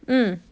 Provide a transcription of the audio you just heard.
mm